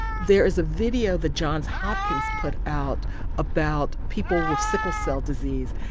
there is a video that johns hopkins put out about people with sickle cell disease.